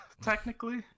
technically